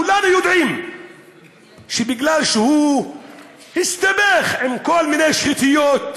כולנו יודעים שבגלל שהוא הסתבך עם כל מיני שחיתויות